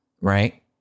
right